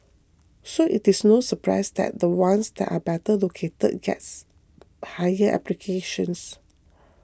so it is no surprise that the ones that are better located gets higher applications